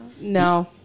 No